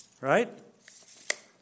Right